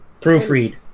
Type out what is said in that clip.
Proofread